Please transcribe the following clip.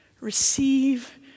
receive